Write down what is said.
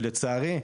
ולצערי,